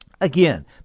Again